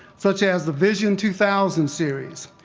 such as the vision two thousand series,